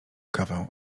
kawę